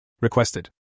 requested